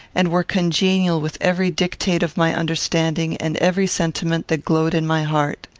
and were congenial with every dictate of my understanding and every sentiment that glowed in my heart.